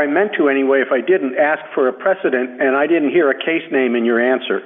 i meant to anyway if i didn't ask for a precedent and i didn't hear a case name and your answer